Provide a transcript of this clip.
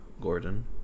Gordon